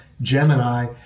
Gemini